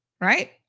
right